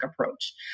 approach